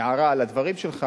הערה על הדברים שלך,